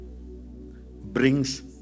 brings